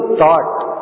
thought